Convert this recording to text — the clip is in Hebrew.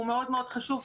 הוא מאוד מאוד חשוב.